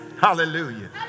Hallelujah